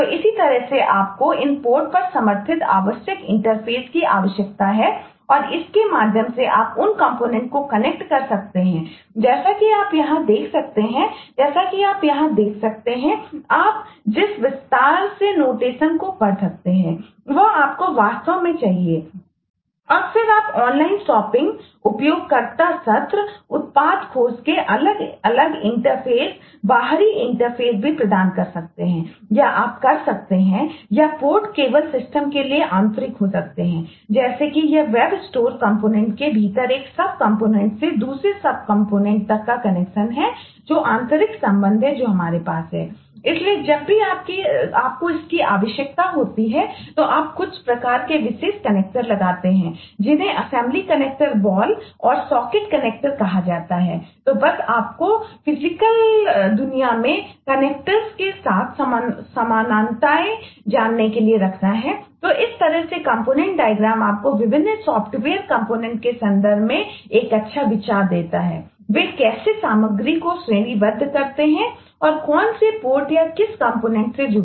तो इसी तरह से आपको इन पोर्ट तक का कनेक्शन है जो आंतरिक संबंध है जो हमारे पास है इसलिए जब भी आपको इसकी आवश्यकता होती है तो आप कुछ प्रकार के विशेष कनेक्टरसे इत्यादि